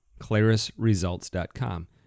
clarisresults.com